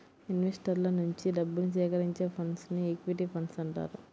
ఇన్వెస్టర్ల నుంచి డబ్బుని సేకరించే ఫండ్స్ను ఈక్విటీ ఫండ్స్ అంటారు